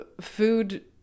food